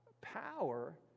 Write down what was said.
power